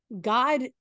god